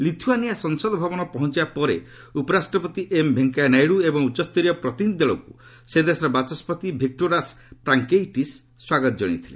Lithuania ସଂସଦ ଭବନ ପହଞ୍ଚିବା ପରେ ଉପରାଷ୍ଟପତି ଏମ୍ ଭେଙ୍କୟା ନାଇଡୁ ଏବଂ ଉଚ୍ଚସ୍ତରୀୟ ପ୍ରତିନିଧି ଦଳକୁ ସେ ଦେଶର ବାଚସ୍କତି ଭିକ୍କୋରାସ୍ ପ୍ରାଙ୍କେଇଟିସ୍ ସ୍ୱାଗତ ଜଣାଇଥିଲେ